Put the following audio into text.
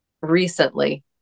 recently